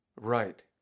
Right